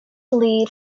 lead